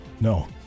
No